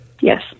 Yes